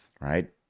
right